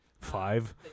five